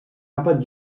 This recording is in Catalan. àpat